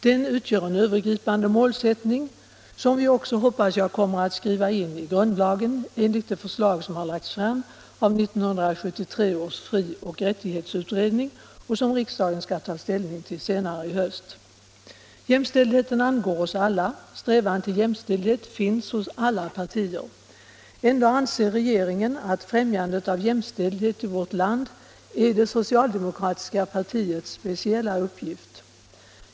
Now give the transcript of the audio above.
Den utgör en övergripande målsättning som vi också, hoppas jag, kommer att skriva in i grundlagen, enligt det förslag som har lagts fram av 1973 års frioch rättighetsutredning och som riksdagen skall ta ställning till senare i höst. Jämställdheten angår oss alla. Strävan till jämställdhet finns hos alla partier. Ändå anser regeringen att främjandet av jämställdhet i vårt land är det socialdemokratiska partiets speciella uppgift.